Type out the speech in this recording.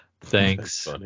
Thanks